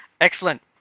Excellent